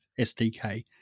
SDK